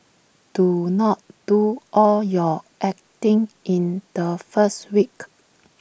do not do all your acting in the first week